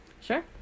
Sure